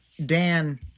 Dan